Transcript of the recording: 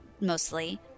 mostly